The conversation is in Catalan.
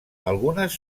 algunes